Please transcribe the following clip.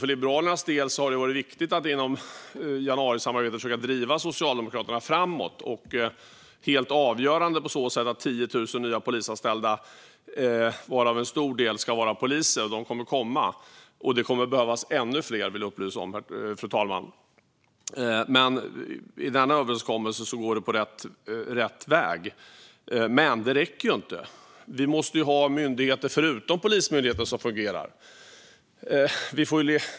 För Liberalernas del har det varit viktigt att inom januarisamarbetet försöka driva Socialdemokraterna framåt, vilket varit helt avgörande på så sätt att 10 000 nya polisanställda, varav en stor del ska vara poliser, kommer att komma. Men det kommer att behövas ännu fler, vill jag upplysa om, fru talman. Det går åt rätt håll i överenskommelsen, men det räcker inte. Vi måste ha myndigheter förutom Polismyndigheten som fungerar.